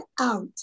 out